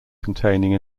containing